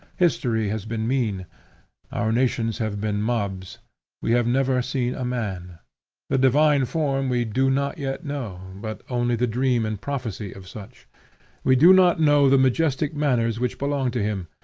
history has been mean our nations have been mobs we have never seen a man that divine form we do not yet know, but only the dream and prophecy of such we do not know the majestic manners which belong to him,